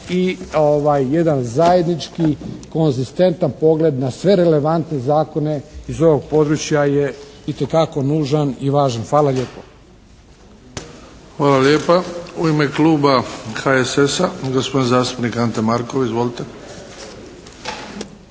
i jedan zajednički konzistentan pogled na sve relevantne zakone iz ovog područja je itekako nužan i važan. Hvala lijepo. **Bebić, Luka (HDZ)** Hvala lijepa. U ime Kluba HSS-a gospodin zastupnik Ante Markov. Izvolite.